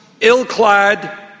ill-clad